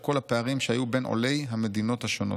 כל הפערים שהיו בין עולי המדינות השונות,